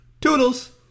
Toodles